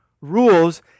rules